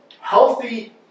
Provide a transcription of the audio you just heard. healthy